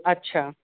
अच्छा